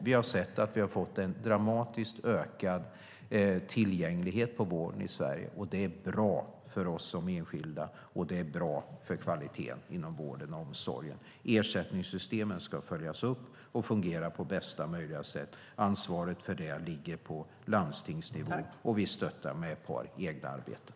Vi har sett att vi fått en dramatiskt ökad tillgänglighet inom vården i Sverige. Det är bra för oss som enskilda, och det är bra för kvaliteten inom vården och omsorgen. Ersättningssystemen ska följas upp och fungera på bästa möjliga sätt. Ansvaret för det ligger på landstingsnivå, och vi stöttar med ett par egna arbeten.